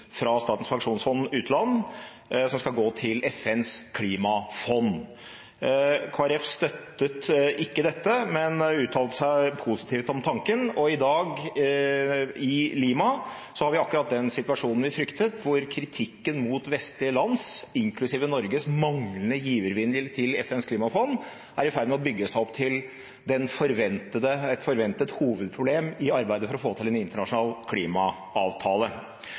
fra Statens pensjonsfond utland, som skal gå til FNs klimafond. Kristelig Folkeparti støttet ikke dette, men uttalte seg positivt om tanken. I Lima i dag har vi akkurat den situasjonen vi fryktet, hvor kritikken mot vestlige lands, inklusive Norges, manglende givervilje til FNs klimafond er i ferd med å bygge seg opp til et forventet hovedproblem i arbeidet med å få til en internasjonal klimaavtale.